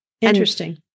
Interesting